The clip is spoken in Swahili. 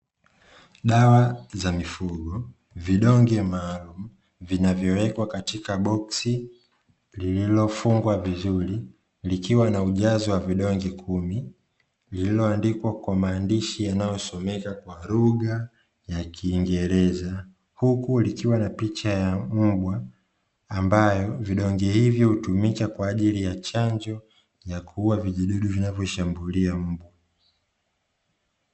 Dawa za mifugo vidonge maalumu vinavyowekwa katika boksi lililofungwa vizuri likiwa na ujazo wa vidonge kumi, lililoandikwa kwa maandishi yanayosomeka kwa lugha ya kiingereza huku likiwa na picha ya mbwa ambayo vidonge hivyo hutumika kwa ajili ya chanjo ya kuua vijidudu vinavyoishambulia mbwa.